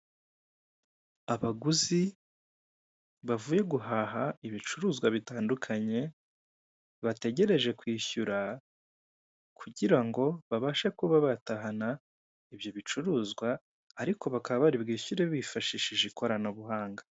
Abaguzi bavuye guhaha ibicuruzwa bitandukanye bategereje kwishyura kugira ngo babashe kuba batahana ibyo bicuruzwa ariko bakaba bari bwishyure bifashishije ikoranabuhanga.